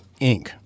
Inc